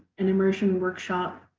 an immersion workshop,